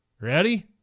Ready